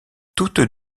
toutes